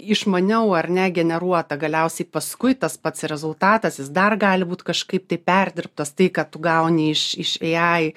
išmaniau ar ne generuota galiausiai paskui tas pats rezultatas jis dar gali būt kažkaip tai perdirbtas tai ką tu gauni iš jai